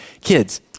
Kids